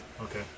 Okay